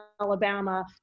Alabama